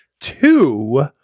two